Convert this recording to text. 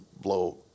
blow